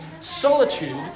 solitude